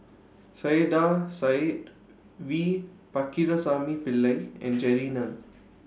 Saiedah Said V Pakirisamy Pillai and Jerry Ng